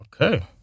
Okay